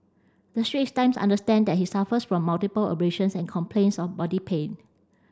the Straits Times understand that he suffers from multiple abrasions and complains of body pain